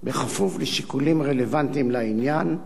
בכפוף לשיקולים רלוונטיים לעניין,